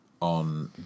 on